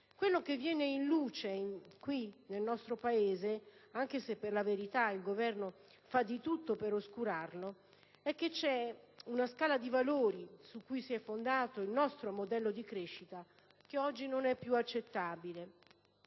Quello che viene in luce qui, nel nostro Paese, anche se per la verità il Governo fa di tutto per oscurarlo, è che c'è una scala di valori, su cui si è fondato il nostro modello di crescita, che oggi non è più accettabile,